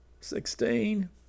Sixteen